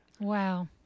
Wow